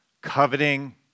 Coveting